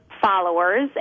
followers